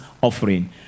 offering